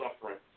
suffering